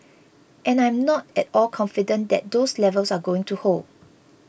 and I'm not at all confident that those levels are going to hold